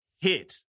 hit